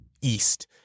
east